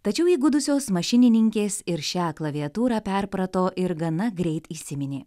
tačiau įgudusios mašininkės ir šią klaviatūrą perprato ir gana greit įsiminė